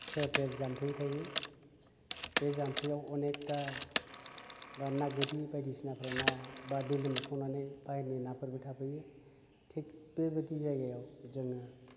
सेर सेर जाम्फै थायो बे जाम्फैयाव अनेकथा बा ना गोरि बायदिसिनाफ्रा ना बा दै लोमसावनानै बाहेरनि नाफोरबो थाफैयो थिग बेबादि जायगायाव जोङो